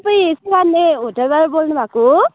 तपाईँ सेवान्ने होटेबाट बोल्नुभएको हो